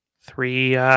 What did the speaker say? three